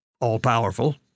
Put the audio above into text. all-powerful